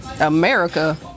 America